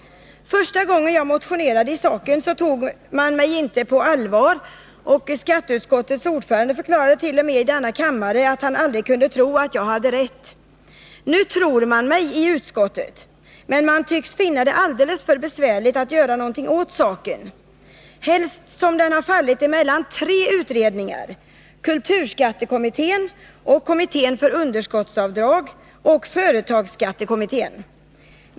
Första gången jag motionerade i saken tog man mig inte på allvar, och skatteutskottets ordförande förklarade t.o.m. i denna kammare att han aldrig kunde tro att jag hade rätt. Nu tror man mig i utskottet. Men man tycks finna det alldeles för besvärligt att göra någonting åt saken, helst som den fallit mellan tre utredningar, kulturskattekommittén, kommittén för underskottsavdrag och företagsskattekommittén.